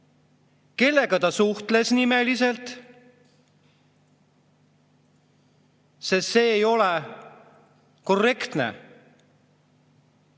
kellega ta suhtles – nimeliselt. Sest see ei ole korrektne,